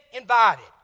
invited